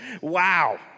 Wow